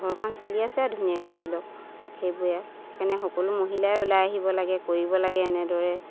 ঘৰখন চলি আছে আৰু ধুনীয়াকে ধৰি লওক সেইবোৰে সেইকাৰণে সকলো মহিলাই ওলাই আহিব লাগে কৰিব লাগে এনেদৰে